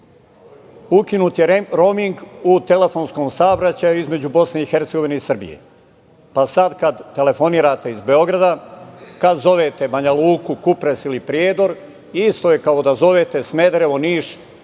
ukinut je roming u telefonskom saobraćaju između BiH i Srbije, pa sad kad telefonirate iz Beograda, kad zovete Banja Luku, Kupres ili Prijedor, isto je kao da zovete Smederevo, Niš